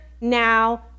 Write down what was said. now